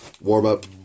warm-up